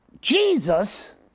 Jesus